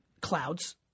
clouds